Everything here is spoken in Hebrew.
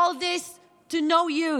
all this to no use.